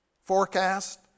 forecast